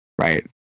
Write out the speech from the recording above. Right